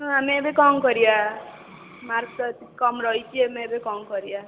ହଁ ଆମେ ଏବେ କ'ଣ କରିବା ମାର୍କ ତ ଏତେ କମ୍ ରହିଛି ଆମେ ଏବେ କ'ଣ କରିବା